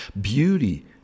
beauty